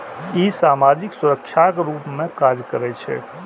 ई सामाजिक सुरक्षाक रूप मे काज करै छै